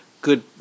good